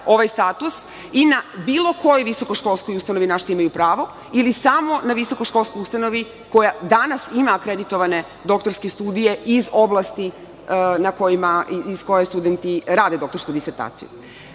ovaj status i na bilo kojoj visokoškolskoj ustanovi na šta imaju pravo, ili samo na visokoškolskoj ustanovi koja danas ima akreditovane doktorske studije iz oblasti iz kojih studenti rade doktorsku disertaciju? Konačno,